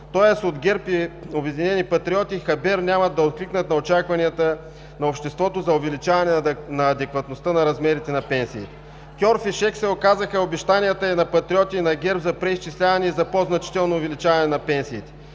тоест от ГЕРБ и „Обединени патриоти“ хабер нямат да откликнат на очакванията на обществото за увеличаване на адекватността на размерите на пенсиите. Кьорфишек се оказаха обещанията и на Патриоти, и на ГЕРБ за преизчисляване и за по-значително увеличаване на пенсиите.